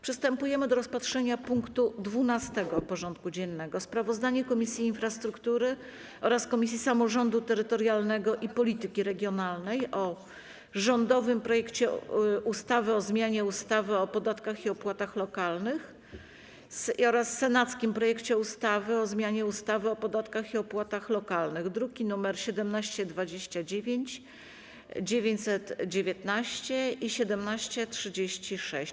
Przystępujemy do rozpatrzenia punktu 12. porządku dziennego: Sprawozdanie Komisji Infrastruktury oraz Komisji Samorządu Terytorialnego i Polityki Regionalnej o rządowym projekcie ustawy o zmianie ustawy o podatkach i opłatach lokalnych oraz o senackim projekcie ustawy o zmianie ustawy o podatkach i opłatach lokalnych (druki nr 1729, 919 i 1736)